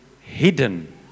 hidden